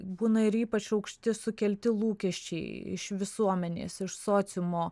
būna ir ypač aukšti sukelti lūkesčiai iš visuomenės iš sociumo